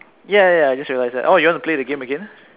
ya ya ya just realised that oh you want to play the game again